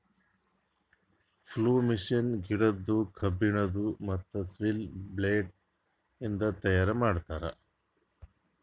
plough machine ಗಿಡದ್ದು, ಕಬ್ಬಿಣದು, ಮತ್ತ್ ಸ್ಟೀಲ ಬ್ಲೇಡ್ ಇಂದ ತೈಯಾರ್ ಮಾಡ್ತರ್